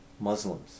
Muslims